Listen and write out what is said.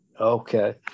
Okay